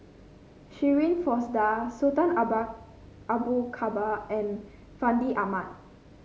Shirin Fozdar Sultan Abu Bakar and Fandi Ahmad